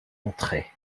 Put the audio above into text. entrer